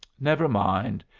never mind.